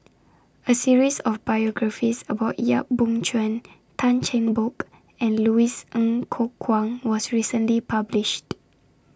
A series of biographies about Yap Boon Chuan Tan Cheng Bock and Louis Ng Kok Kwang was recently published